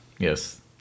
yes